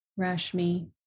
Rashmi